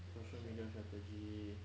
social media strategy